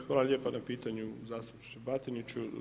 Hvala lijepa na pitanju zastupniče Batiniću.